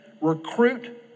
recruit